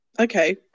Okay